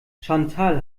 chantal